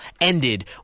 ended